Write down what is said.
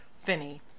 Finney